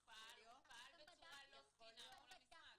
הוא פעל בצורה לא תקינה מול המשרד.